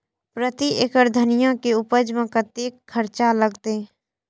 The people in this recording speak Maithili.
प्रति एकड़ धनिया के उपज में कतेक खर्चा लगते?